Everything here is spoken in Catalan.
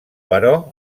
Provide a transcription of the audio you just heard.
però